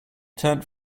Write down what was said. turned